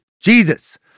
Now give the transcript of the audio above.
Jesus